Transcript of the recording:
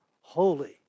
holy